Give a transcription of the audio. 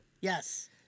Yes